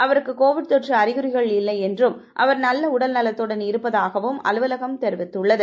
அவருக்கு கோவிட் தொற்று அறிகுறிகள் இல்லையென்றும் அவர் நல்ல உடல் நலத்துடன் இருப்பதாகவும் அலுவலகம் தெரிவித்துள்ளது